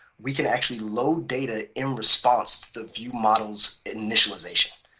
we can actually load data in response to the viewmodels initialization.